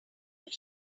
that